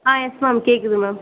ஆ yes ma'am கேட்குது ma'am